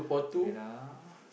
wait ah